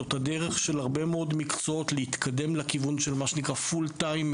זאת הדרך של הרבה מאוד מקצועות להתקדם לכיוון של מה שנקרא full timer.